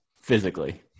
physically